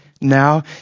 now